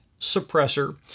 suppressor